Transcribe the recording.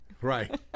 Right